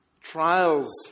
trials